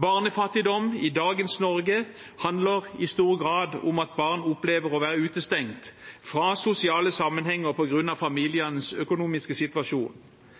Barnefattigdom i dagens Norge handler i stor grad om at barn opplever å være utestengt fra sosiale sammenhenger på grunn av familiens økonomiske situasjon.